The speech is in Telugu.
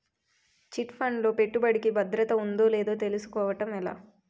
చిట్ ఫండ్ లో పెట్టుబడికి భద్రత ఉందో లేదో తెలుసుకోవటం ఎలా?